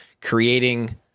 creating